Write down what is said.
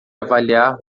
avaliar